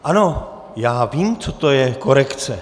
Ano, já vím, co to je korekce.